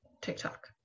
TikTok